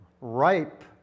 ripe